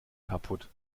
kaputt